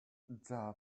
drive